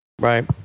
right